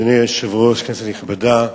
אדוני היושב-ראש, כנסת נכבדה,